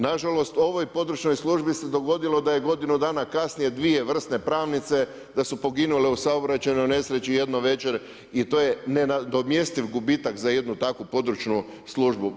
Na žalost u ovoj područnoj službi se dogodilo da je godinu dana kasnije dvije vrsne pravnice da su poginule u saobraćajnoj nesreći jedno večer i to je nenadomjestiv gubitak za jednu takvu područnu službu.